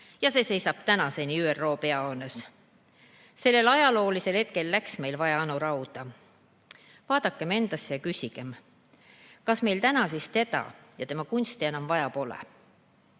ja see seisab tänaseni ÜRO peahoones. Sellel ajaloolisel hetkel läks meil vaja Anu Rauda. Vaadakem endasse ja küsigem: kas meil täna siis teda ja tema kunsti enam vaja pole?